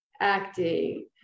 acting